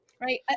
Right